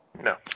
no